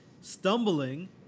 stumbling